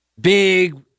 big